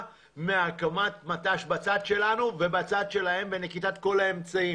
מהקמת מט"ש בצד שלנו ובצד שלהם ונקיטת כל האמצעים.